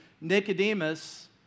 Nicodemus